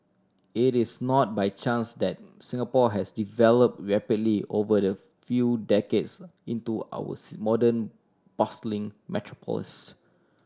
it is not by chance that Singapore has develop rapidly over the few decades into our C modern bustling metropolis